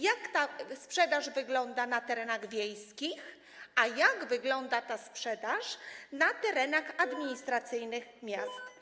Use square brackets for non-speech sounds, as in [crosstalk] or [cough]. Jak ta sprzedaż wygląda na terenach wiejskich, a jak wygląda ta sprzedaż na terenach administracyjnych [noise] miast?